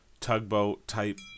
tugboat-type